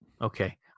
Okay